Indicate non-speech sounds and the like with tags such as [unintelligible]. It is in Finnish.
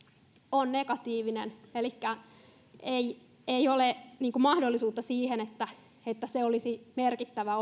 on negatiivinen elikkä ei ei ole mahdollisuutta siihen että oman pääoman osuus olisi merkittävä [unintelligible]